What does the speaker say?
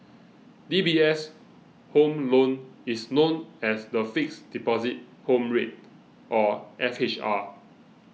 D B S Home Loan is known as the Fixed Deposit Home Rate or F H R